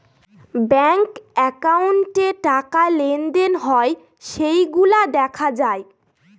bank একাউন্টে টাকা লেনদেন হয় সেইগুলা দেখা যায়